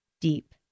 Deep